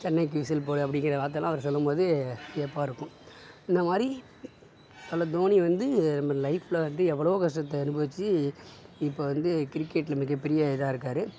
சென்னைக்கு விசில் போடு அப்படீங்குற வார்த்தைலாம் அவர் சொல்லும்போது வியப்பாக இருக்கும் இந்தமாதிரி தலை தோனி வந்து நம்ப லைஃபில் வந்து எவ்வளோ கஷ்டத்தை அனுபவிச்சு இப்போ வந்து கிரிக்கெட்டில் மிகப்பெரிய இதாக இருக்கார்